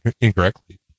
incorrectly